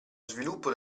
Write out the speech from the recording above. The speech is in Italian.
sviluppo